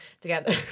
together